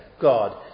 God